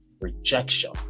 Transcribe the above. rejection